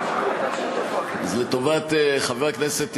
אז לטובת חבר הכנסת אילטוב,